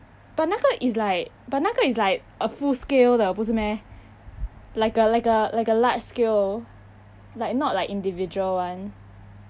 but 那个 is like but 那个 is like a full scale 的不是 meh like a like a like a large scale like not like individual [one]